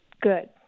good